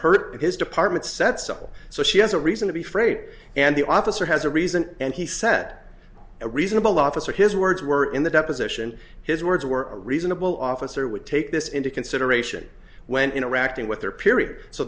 hurt his department set still so she has a reason to be frayed and the officer has a reason and he set a reasonable officer his words were in the deposition his words were reasonable officer would take this into consideration when interacting with her period so